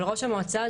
אבל ראש המועצה,